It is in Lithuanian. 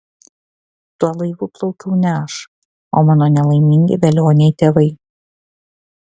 tuo laivu plaukiau ne aš o mano nelaimingi velioniai tėvai